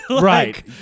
Right